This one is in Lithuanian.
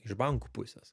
iš bankų pusės